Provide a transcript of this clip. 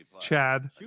chad